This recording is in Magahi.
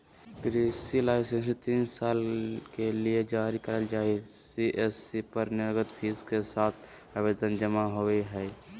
कृषि लाइसेंस तीन साल के ले जारी करल जा हई सी.एस.सी पर नगद फीस के साथ आवेदन जमा होवई हई